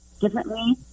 differently